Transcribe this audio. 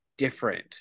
different